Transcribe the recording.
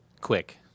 quick